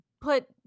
put